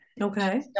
okay